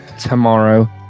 tomorrow